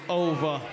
over